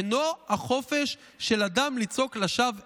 אינו החופש של אדם לצעוק לשווא 'אש'